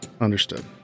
understood